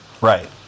Right